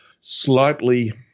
slightly